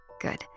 Good